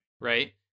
Right